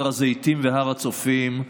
הר הזיתים והר הצופים.